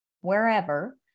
wherever